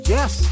Yes